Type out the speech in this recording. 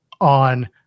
on